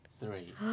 three